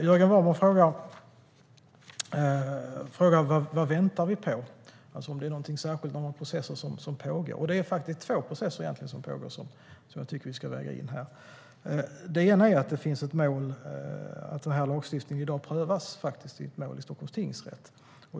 Jörgen Warborn frågar vad vi väntar på, alltså om det är några processer som pågår. Det är faktiskt två processer som pågår som jag tycker att vi ska väga in här. Den här lagstiftningen prövas i dag i ett mål i Stockholms tingsrätt.